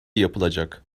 yapılacak